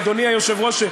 אדוני היושב-ראש,